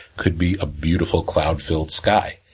could be a beautiful, cloud-filled sky.